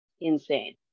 insane